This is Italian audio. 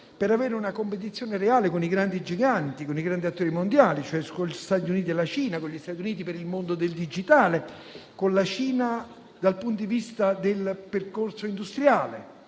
per avere una competizione reale con i grandi giganti, con i grandi attori mondiali come gli Stati Uniti e la Cina - con gli Stati Uniti per il mondo del digitale e con la Cina dal punto di vista del percorso industriale